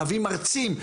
להביא מרצים,